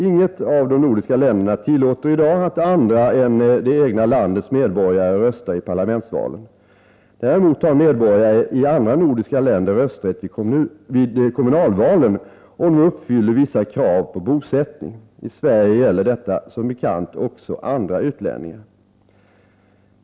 Inget av de nordiska länderna tillåter i dag att andra än det egna landets medborgare röstar i parlamentsvalen. Däremot har medborgare i andra nordiska länder rösträtt vid kommunalvalen, om de uppfyller vissa krav på bosättning. I Sverige gäller detta som bekant också andra utlänningar.